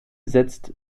setzt